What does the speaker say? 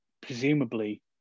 presumably